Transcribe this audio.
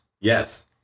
Yes